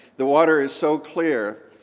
the water is so clear,